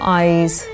eyes